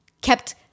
kept